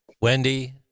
Wendy